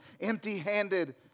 empty-handed